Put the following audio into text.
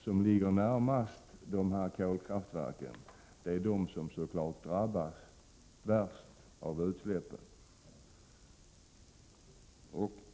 som ligger närmast dessa kolkraftverk som drabbas värst av utsläppen.